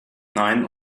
nein